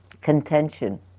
contention